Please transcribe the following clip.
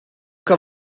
que